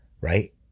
right